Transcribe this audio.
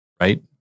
right